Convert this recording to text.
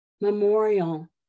memorial